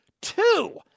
Two